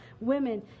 women